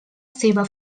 seva